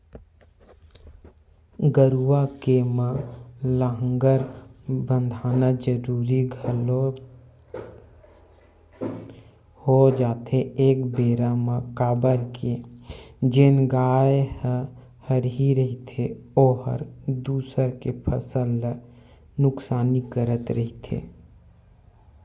गरुवा के म लांहगर बंधाना जरुरी घलोक हो जाथे एक बेरा म काबर के जेन गाय ह हरही रहिथे ओहर दूसर के फसल ल नुकसानी करत रहिथे